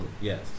Yes